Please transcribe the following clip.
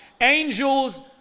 angels